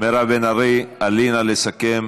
מירב בן ארי, עלי נא לסכם.